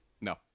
No